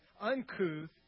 uncouth